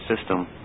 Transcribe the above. system